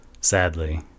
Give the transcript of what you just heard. sadly